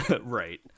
Right